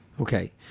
Okay